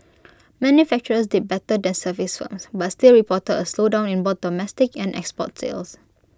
manufacturers did better than services firms but still reported A slowdown in both domestic and export sales